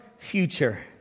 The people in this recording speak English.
future